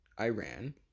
Iran